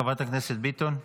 חברת הכנסת ביטון.